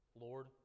Lord